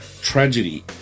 Tragedy